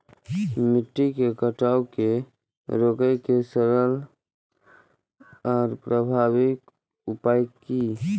मिट्टी के कटाव के रोके के सरल आर प्रभावी उपाय की?